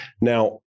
Now